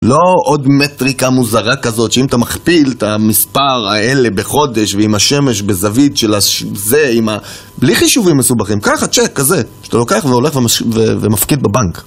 לא עוד מטריקה מוזרה כזאת שאם אתה מכפיל את המספר האלה בחודש ועם השמש בזווית של ה... זה עם ה... בלי חישובים מסובכים. ככה, צ׳ק כזה, שאתה לוקח והולך ומפקיד בבנק.